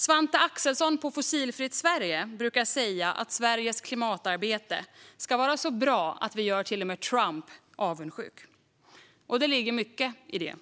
Svante Axelsson på Fossilfritt Sverige brukar säga att Sveriges klimatarbete ska vara så bra att vi till och med gör Trump avundsjuk. Det ligger mycket i det.